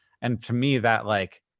and to me, that like,